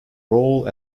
role